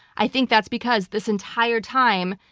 i think that's because this entire time,